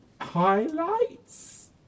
highlights